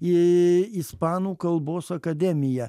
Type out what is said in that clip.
į ispanų kalbos akademiją